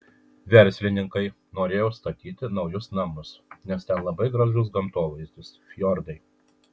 verslininkai norėjo statyti naujus namus nes ten labai gražus gamtovaizdis fjordai